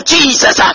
Jesus